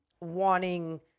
wanting